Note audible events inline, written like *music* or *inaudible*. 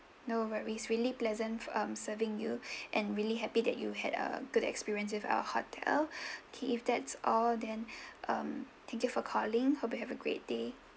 no worries really pleasant um serving you *breath* and really happy that you had a good experience with our hotel *breath* K if that's all then *breath* um thank you for calling hope you have a great day